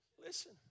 listen